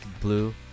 Blue